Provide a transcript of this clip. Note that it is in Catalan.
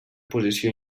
posició